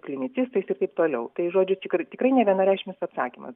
klinicistais ir taip toliau tai žodžiu či tikrai nevienareikšmis atsakymas